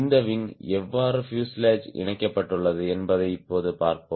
இந்த விங் எவ்வாறு பியூசேலாஜ் இணைக்கப்பட்டுள்ளது என்பதை இப்போது பார்ப்போம்